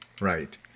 Right